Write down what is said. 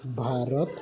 Bharat